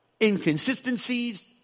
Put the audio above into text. inconsistencies